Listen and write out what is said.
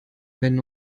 wenn